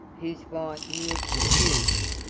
whose wife he had seduced,